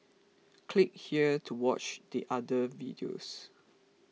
click here to watch the other videos